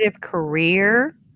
career